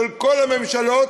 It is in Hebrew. של כל הממשלות,